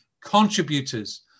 contributors